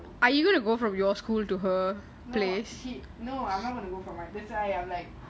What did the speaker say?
are you gonna go from your school to her place